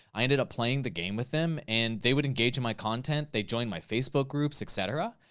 i ended up playing the game with them, and they would engage in my content. they joined my facebook groups, et cetera.